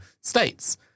states